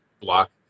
block